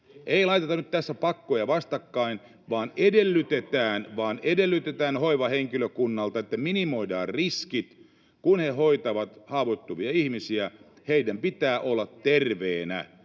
Ei laiteta nyt tässä pakkoja vastakkain, vaan edellytetään hoivahenkilökunnalta, että minimoidaan riskit. Kun he hoitavat haavoittuvia ihmisiä, heidän pitää olla terveenä.